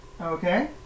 Okay